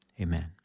Amen